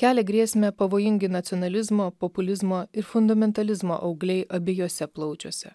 kelia grėsmę pavojingi nacionalizmo populizmo ir fundamentalizmo augliai abiejuose plaučiuose